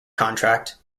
contract